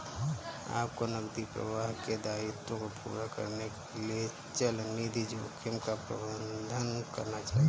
आपको नकदी प्रवाह के दायित्वों को पूरा करने के लिए चलनिधि जोखिम का प्रबंधन करना चाहिए